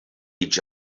each